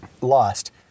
lost